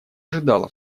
ожидала